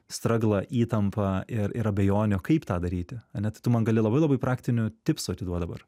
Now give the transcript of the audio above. straglą įtampą ir ir abejonių kaip tą daryti ane tai tu man gali labai labai praktinių tipsų atiduot dabar